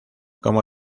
como